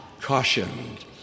cautioned